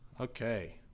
Okay